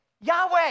Yahweh